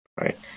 right